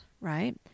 right